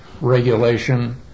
regulation